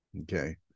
Okay